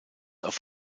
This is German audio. auf